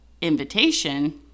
invitation